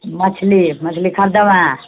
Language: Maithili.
मछली मछली खरीदबै